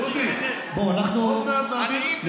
אגב, שאין להם כסף.